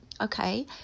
okay